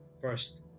first